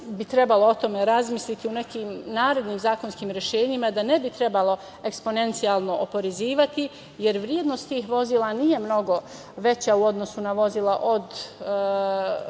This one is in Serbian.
bi trebalo o tome razmisliti u nekim narednim zakonskim rešenjima, da ne bi trebalo eksponencijalno oporezivati, jer vrednost tih vozila nije mnogo veća u odnosu na vozila od